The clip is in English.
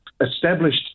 established